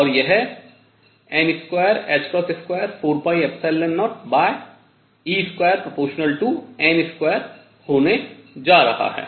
और यह n2240e2n2 होने जा रहा है